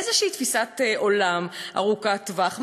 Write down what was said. איזו תפיסת עולם ארוכת טווח,